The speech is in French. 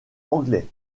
anglais